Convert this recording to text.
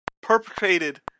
perpetrated